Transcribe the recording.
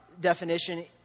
definition